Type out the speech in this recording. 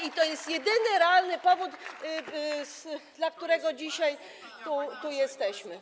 I to jest jedyny realny powód, dla którego dzisiaj tu jesteśmy.